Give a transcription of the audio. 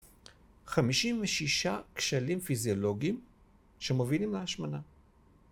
56 כשלים פיזיולוגיים שמובילים להשמנה